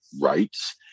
rights